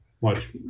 watch